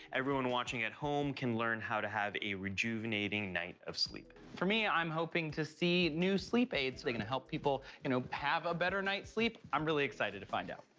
everyone watching at home can learn how to have a rejuvenating night of sleep. for me, i'm hoping to see new sleep aids. are they gonna help people and have a better night's sleep? i'm really excited to find out.